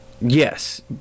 Yes